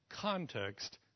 context